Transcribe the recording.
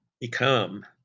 become